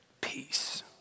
peace